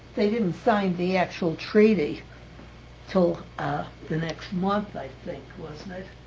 they didn't sign the actual treaty till the next month, i think, wasn't it? a